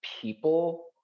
people